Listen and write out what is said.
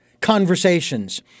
conversations